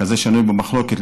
כזה שנוי במחלוקת.